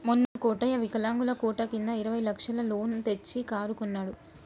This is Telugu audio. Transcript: మొన్న కోటయ్య వికలాంగుల కోట కింద ఇరవై లక్షల లోన్ తెచ్చి కారు కొన్నడు